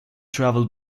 travel